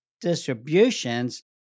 distributions